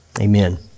amen